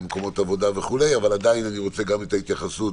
בוקר טוב לכולם, היום יום רביעי, א' בטבת התשפ"א,